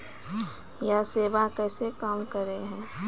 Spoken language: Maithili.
यह सेवा कैसे काम करै है?